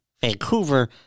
Vancouver